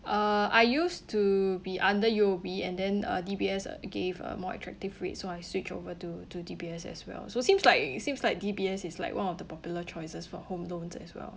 uh I used to be under U_O_B and then uh D_B_S uh gave a more attractive rate so I switched over to to D_B_S as well so seems like seems like D_B_S is like one of the popular choices for home loans as well